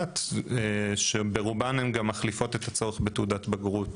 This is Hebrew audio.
לתכנון ותקצוב ברובן הן גם מחליפות את הצורך בתעודת בגרות,